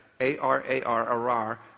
A-R-A-R-A-R